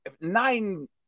nine